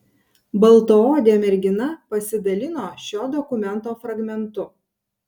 baltaodė mergina pasidalino šio dokumento fragmentu